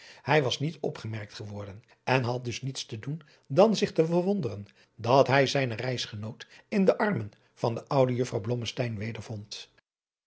hij was niet opgemerkt geworden en had dus niets te doen dan zich te verwonderen dat hij zijnen reisgenoot in de armen van de oude juffrouw blommesteyn wedervond